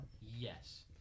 Yes